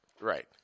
Right